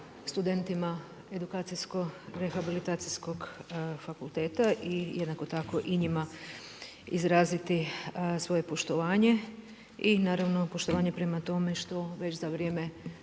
studentima Edukacijsko-rehabilitacijskog fakulteta i jednako tako i njima izraziti svoje poštovanje, i naravno poštovanje prema tome što već za vrijeme